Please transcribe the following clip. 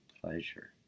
pleasure